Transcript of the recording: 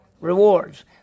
Rewards